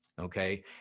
Okay